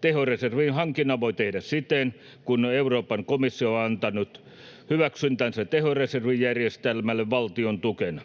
Tehoreservin hankinnan voi tehdä sitten, kun Euroopan komissio on antanut hyväksyntänsä tehoreservijärjestelmälle valtiontukena.